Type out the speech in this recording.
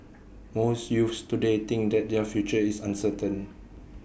most youths today think that their future is uncertain